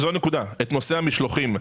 נושא המשלוחים.